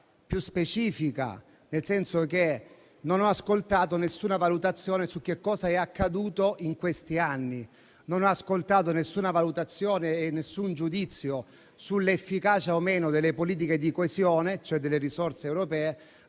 più specifica. Non ho ascoltato nessuna valutazione su cosa è accaduto in questi anni, non ho ascoltato nessuna valutazione e nessun giudizio sull'efficacia o meno delle politiche di coesione, cioè delle risorse europee,